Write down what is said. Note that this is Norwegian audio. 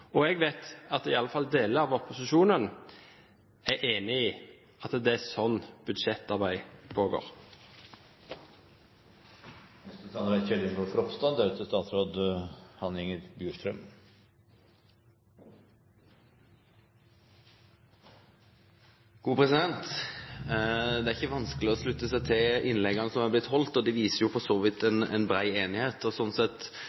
og jeg vet at i alle fall deler av opposisjonen er enig i at det er sånn budsjettarbeid foregår. Det er ikke vanskelig å slutte seg til de innleggene som er blitt holdt, og de viser for så vidt en bred enighet. Jeg må likevel si at innleggene fra Høyre og